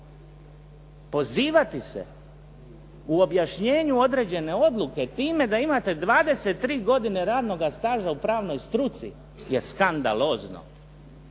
Pozivati se u objašnjenju određene odluke time da imate 23 godine radnoga staža u pravnoj struci je skandalozno.